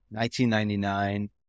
1999